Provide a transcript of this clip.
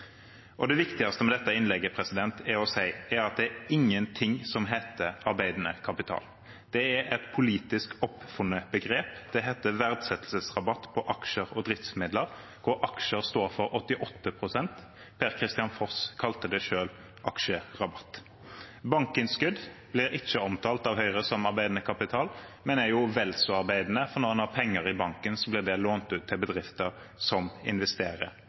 Det viktigste med dette innlegget er å si at det er ingenting som heter arbeidende kapital. Det er et politisk oppfunnet begrep. Det heter verdsettelsesrabatt på aksjer og driftsmidler, og aksjer står for 88 pst. Per-Kristian Foss kalte det selv aksjerabatt. Bankinnskudd blir ikke omtalt av Høyre som arbeidende kapital, men er vel så arbeidende, for når man har penger i banken, blir de lånt ut til bedrifter som investerer